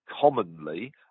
commonly –